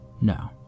No